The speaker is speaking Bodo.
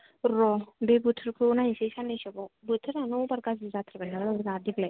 र' बे बोथोरखौ नायनोसै सान्नैसोबाव बोथोरानो अभार गाज्रि जाथारबायहाय जा देग्लाय